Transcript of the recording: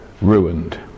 ruined